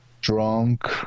drunk